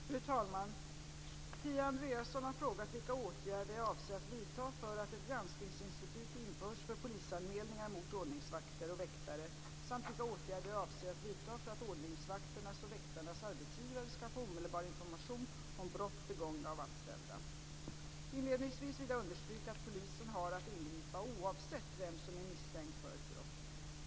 Fru talman! Kia Andreasson har frågat vilka åtgärder jag avser att vidta för att ett granskningsinstitut införs för polisanmälningar mot ordningsvakter och väktare samt vilka åtgärder jag avser att vidta för att ordningsvakternas och väktarnas arbetsgivare ska få omedelbar information om brott begångna av anställda. Inledningsvis vill jag understryka att polisen har att ingripa oavsett vem som är misstänkt för ett brott.